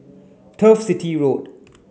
Turf City Road